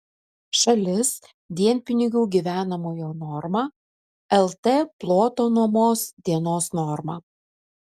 šalis dienpinigių gyvenamojo norma lt ploto nuomos dienos norma